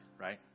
right